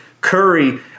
Curry